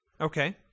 Okay